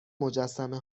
مجسمه